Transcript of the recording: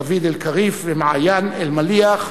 דוד אלקריף ומעיין אלמליח.